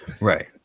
Right